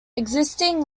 existing